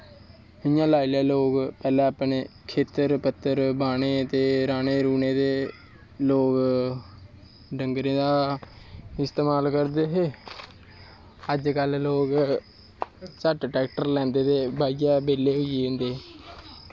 इयां लाई लैओ पैह्लैं लोग अपनें खेत्तरैं पत्तर बाह्नें रहानें रहूनें ते लोग डंगरें दा इस्तेमाल करदे हे अज्ज कल लोग झट्ट ट्रैक्टर लैंदे ते बाहियै बेल्ले होई जंदें